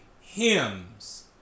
hymns